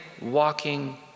walking